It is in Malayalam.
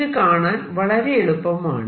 ഇത് കാണാൻ വളരെ എളുപ്പമാണ്